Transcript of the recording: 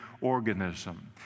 organism